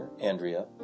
Andrea